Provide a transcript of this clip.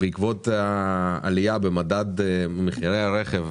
בעקבות העלייה במדד מחירי הרכב,